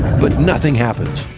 but nothing happens.